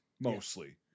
mostly